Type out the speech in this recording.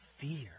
fear